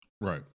right